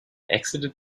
exited